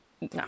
No